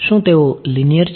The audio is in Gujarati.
શું તેઓ લિનિયર છે